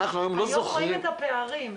היום רואים את הפערים.